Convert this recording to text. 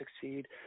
succeed